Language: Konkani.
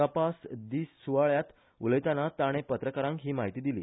तपास दिस सुवाळ्यात उलयताना ताणे पत्रकारांक ही म्हायती दिली